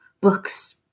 books